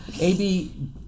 AB